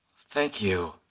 thank you.